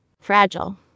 Fragile